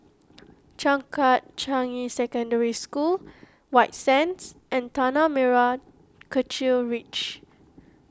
Changkat Changi Secondary School White Sands and Tanah Merah Kechil Ridge